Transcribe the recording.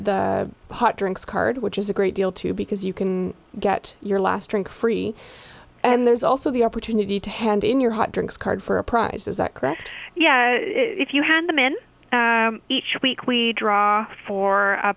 hot drinks card which is a great deal too because you can get your last drink free and there's also the opportunity to hand in your hot drinks card for a rise is that correct yeah if you hand them in each week we draw